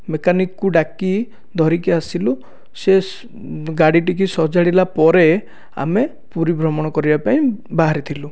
ମେକାନିକ୍କୁ ଡାକି ଧରିକି ଆସିଲୁ ସେ ଗାଡ଼ିଟିକି ସଜାଡ଼ିଲା ପରେ ଆମେ ପୁରୀ ଭ୍ରମଣ କରିବା ପାଇଁ ବାହାରିଥିଲୁ